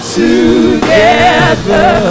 together